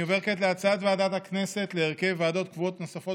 אני עובר כעת להצעת ועדת הכנסת להרכב ועדות קבועות נוספות